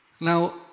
Now